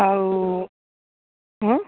ଆଉ କଣ